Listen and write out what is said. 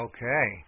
Okay